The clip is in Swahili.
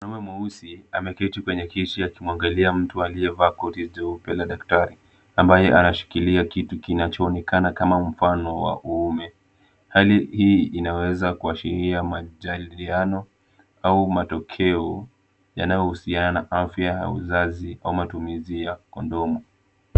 Mama mweusi ameketi kwenye kiti akimwangalia mtu aliyevaa koti jeupe la daktari, ambaye anashikilia kitu kinachoonekana kama mfano wa uume. Hali hii inaweza kuashiria majadiliano au matokeo yanayohusiana na afya ya uzazi kwa matumizi ya kondomu.